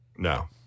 No